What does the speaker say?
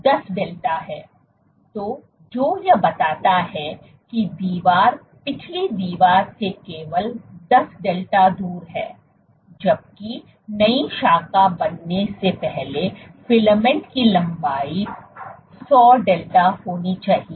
तो जो यह बताता है कि दीवार पिछली दीवार से केवल 10 डेल्टा दूर है जबकि नई शाखा बनने से पहले फिलामेंट की लंबाई 100 डेल्टा होनी चाहिए